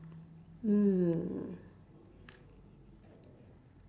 hmm